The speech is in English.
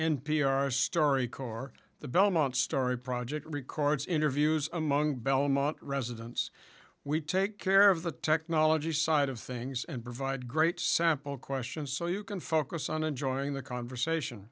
story corps the belmont story project records interviews among belmont residents we take care of the technology side of things and provide great sample questions so you can focus on enjoying the conversation